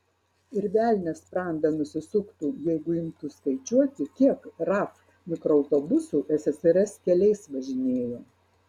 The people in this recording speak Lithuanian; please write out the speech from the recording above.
ir velnias sprandą nusisuktų jeigu imtų skaičiuoti kiek raf mikroautobusų ssrs keliais važinėjo